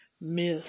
miss